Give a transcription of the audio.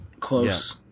close